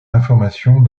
informations